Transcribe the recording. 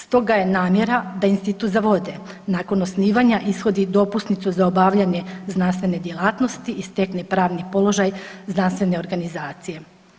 Stoga je namjera da institut za vode nakon osnivanja ishodi dopusnicu za obavljanje znanstvene djelatnosti i stekne pravni položaj znanstvene organizacije.